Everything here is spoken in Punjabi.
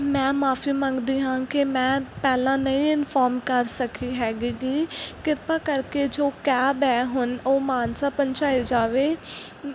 ਮੈਂ ਮੁਆਫੀ ਮੰਗਦੀ ਹਾਂ ਕਿ ਮੈਂ ਪਹਿਲਾਂ ਨਹੀਂ ਇਨਫੋਰਮ ਕਰ ਸਕੀ ਹੈਗੀ ਹੈਗੀ ਕਿਰਪਾ ਕਰਕੇ ਜੋ ਕੈਬ ਹੈ ਹੁਣ ਉਹ ਮਾਨਸਾ ਪਹੁੰਚਾਈ ਜਾਵੇ